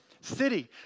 city